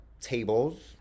tables